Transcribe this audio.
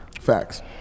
Facts